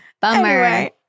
Bummer